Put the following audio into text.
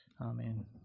Amen